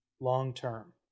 long-term